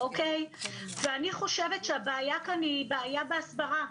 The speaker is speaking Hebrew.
ואני חושבת שהבעיה כאן היא בעיה בהסברה,